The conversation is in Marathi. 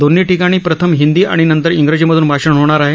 दोन्ही ठिकाणी प्रथम हिंदी आणि नंतर इंग्रजीमधून भाषण होणार आहे